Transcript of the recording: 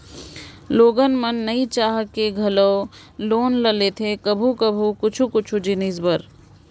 लोगन मन नइ चाह के घलौ लोन ल लेथे कभू कभू कुछु कुछु जिनिस बर